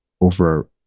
over